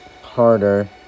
harder